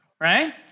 Right